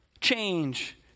change